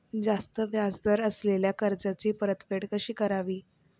जास्त व्याज दर असलेल्या कर्जाची परतफेड कशी करावी?